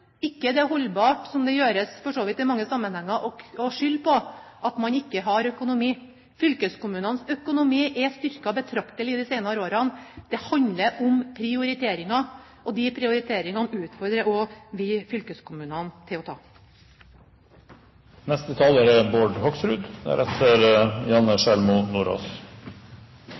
ikke det er holdbart – slik det for så vidt gjøres i mange sammenhenger – å skylde på at man ikke har økonomi. Fylkekommunenes økonomi er styrket betraktelig de senere årene. Det handler om prioriteringer, og de prioriteringene utfordrer vi fylkeskommunene til å ta. Jeg må si jeg ble litt provosert av foregående taler,